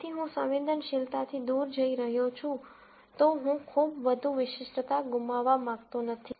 તેથી હું સંવેદનશીલતાથી દૂર જઇ રહ્યો છું તો હું ખૂબ વધુ વિશિષ્ટતા ગુમાવવા માંગતો નથી